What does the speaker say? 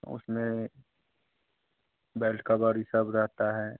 उसमें belt cover भी सब रहता है